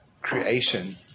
creation